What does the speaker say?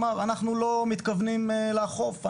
אמר שהם לא מתכוונים לאכוף,